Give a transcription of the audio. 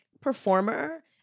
performer